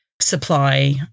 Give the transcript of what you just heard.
supply